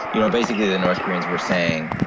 you know, basically, the north koreans were saying,